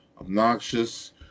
obnoxious